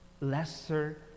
lesser